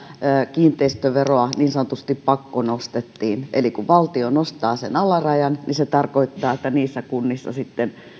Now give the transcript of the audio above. kiinteistöveroa niin sanotusti pakkonostettiin eli kun valtio nostaa sen alarajan niin se tarkoittaa että niissä kunnissa